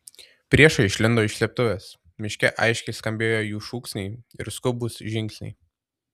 priešai išlindo iš slėptuvės miške aiškiai skambėjo jų šūksniai ir skubūs žingsniai